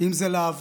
אם זה להב"ה,